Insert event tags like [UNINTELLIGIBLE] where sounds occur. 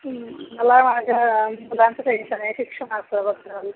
मला माझ्या मुलांचं टेन्शन आहे शिक्षणाचं [UNINTELLIGIBLE]